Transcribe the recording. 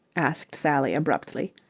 asked sally abruptly.